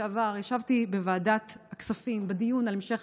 בשבוע שעבר ישבתי בוועדת הכספים בדיון על המשך